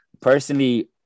personally